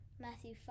Matthew